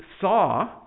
saw